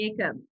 Jacob